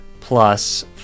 plus